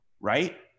right